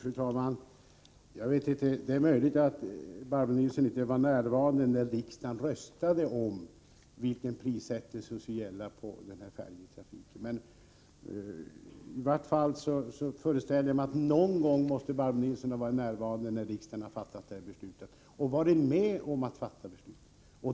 Fru talman! Det är möjligt att Barbro Nilsson i Visby inte var närvarande när riksdagen röstade om vilken prissättning som skall gälla för den här färjetrafiken. I varje fall föreställer jag mig att Barbro Nilsson åtminstone någon gång har varit närvarande när riksdagen har beslutat i denna fråga och att hon även varit med om att fatta beslut.